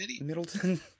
Middleton